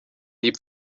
die